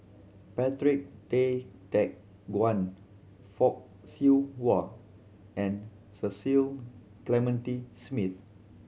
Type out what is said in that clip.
Patrick Tay Teck Guan Fock Siew Wah and Cecil Clementi Smith